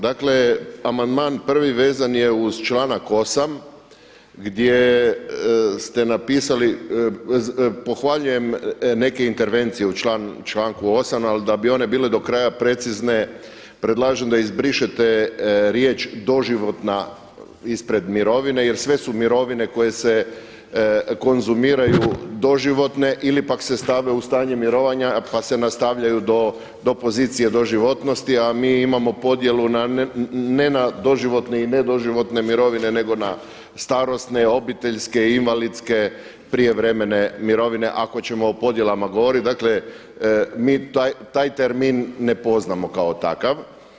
Dakle amandman prvi vezan je uz članak 8. gdje ste napisali pohvaljujem neke intervencije u članku 8. ali da bi one bile do kraja precizne predlažem da izbrišete riječ doživotna ispred mirovine jer sve su mirovine koje se konzumiraju doživotne ili pak se stave u stanje mirovanja pa se nastavljaju do pozicije doživotnosti, a mi imamo podjelu na ne na doživotne i ne doživotne mirovine nego na starosne, obiteljske, invalidske, prijevremene mirovine ako ćemo o podjelama govoriti, dakle mi taj termin ne poznamo kao takav.